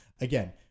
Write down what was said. again